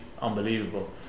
unbelievable